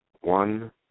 One